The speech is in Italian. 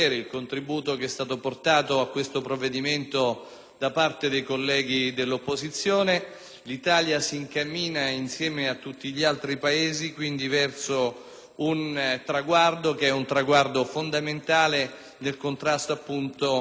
da parte dei colleghi dell'opposizione. L'Italia si incammina insieme a tutti gli altri Paesi, quindi, verso un traguardo fondamentale nel contrasto a tutta una serie di fenomeni criminosi.